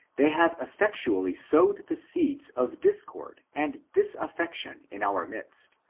they have effectually sowed the seeds of discord and disaffection in our midst,